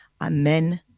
Amen